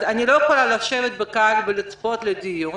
אני לא יכולה לשבת בקהל ולצפות בדיון.